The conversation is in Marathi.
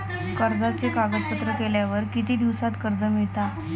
कर्जाचे कागदपत्र केल्यावर किती दिवसात कर्ज मिळता?